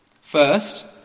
First